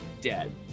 dead